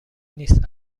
نیست